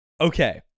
Okay